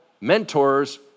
mentors